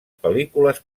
pel·lícules